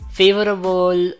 favorable